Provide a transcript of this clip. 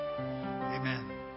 Amen